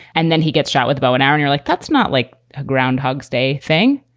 and then he gets shot with a bow and arrow. you're like, that's not like ah groundhog's day thing.